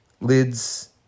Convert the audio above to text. lids